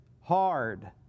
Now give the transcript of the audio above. hard